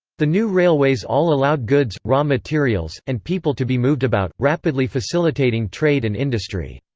the new railways all allowed goods, raw materials, and people to be moved about, rapidly facilitating trade and industry.